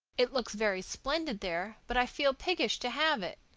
it looks very splendid there, but i feel piggish to have it.